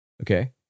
Okay